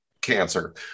cancer